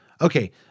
Okay